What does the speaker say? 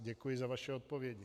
Děkuji za vaše odpovědi.